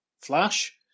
Flash